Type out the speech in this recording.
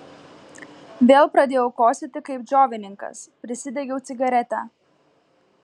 vėl pradėjau kosėti kaip džiovininkas prisidegiau cigaretę